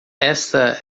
esta